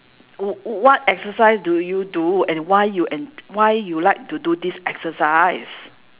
w~ what exercise do you do and why you en~ why you like to do this exercise